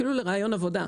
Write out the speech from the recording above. אפילו לראיון עבודה.